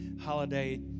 holiday